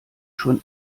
schon